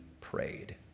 prayed